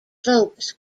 slopes